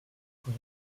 quand